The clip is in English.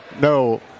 No